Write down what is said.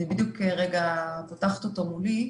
אני, בדיוק, פותחת אותו מולי,